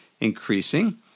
increasing